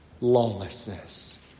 lawlessness